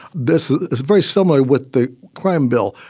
this is very similar with the crime bill.